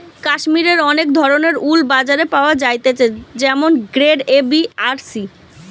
কাশ্মীরের অনেক ধরণের উল বাজারে পাওয়া যাইতেছে যেমন গ্রেড এ, বি আর সি